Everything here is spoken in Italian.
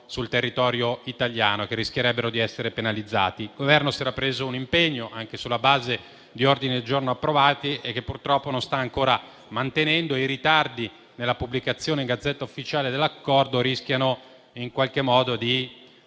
sul territorio italiano e che rischierebbero di essere penalizzati. Il Governo si era preso un impegno anche sulla base di ordini del giorno approvati, ma purtroppo non li sta ancora mantenendo. I ritardi nella pubblicazione in *Gazzetta Ufficiale* dell'Accordo rischiano di lasciare